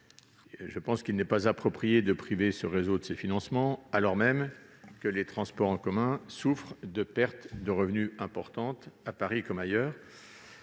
ne me semble pas approprié de priver ce réseau de ces financements, alors même que les transports en commun souffrent d'importantes pertes de revenus, à Paris comme ailleurs.